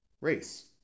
race